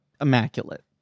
immaculate